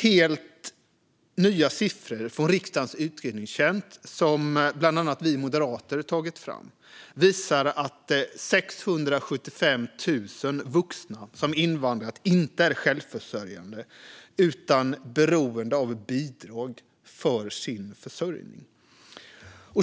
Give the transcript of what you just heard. Helt nya siffror från riksdagens utredningstjänst, som bland annat vi moderater tagit fram, visar att 675 000 vuxna som invandrat inte är självförsörjande utan beroende av bidrag för sin försörjning.